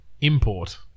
Import